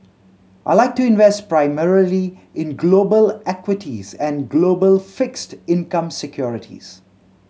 I like to invest primarily in global equities and global fixed income securities